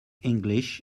english